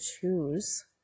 choose